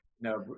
no